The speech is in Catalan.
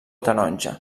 taronja